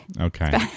Okay